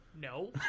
No